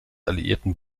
alliierten